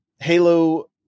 Halo